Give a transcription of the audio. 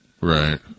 Right